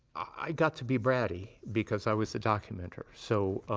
i got to be bratty, because i was the documenter. so,